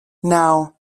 naŭ